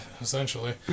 essentially